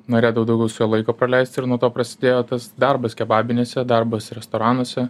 norėdavau daugiau su juo laiko praleisti ir nuo to prasidėjo tas darbas kebabinėse darbas restoranuose